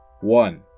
one